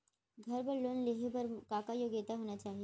घर बर लोन लेहे बर का का योग्यता होना चाही?